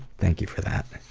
thank you for that.